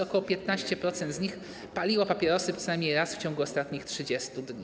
Około 15% z nich paliło papierosy co najmniej raz w ciągu ostatnich 30 dni.